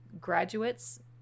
graduates